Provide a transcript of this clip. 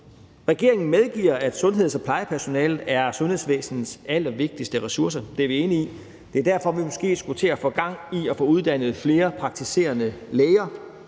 Regeringen medgiver, at sundheds- og plejepersonalet er sundhedsvæsenets allervigtigste ressourcer. Det er vi enige i, og det er derfor, at vi måske skulle til at få gang i at få uddannet flere praktiserende læger.